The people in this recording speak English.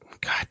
God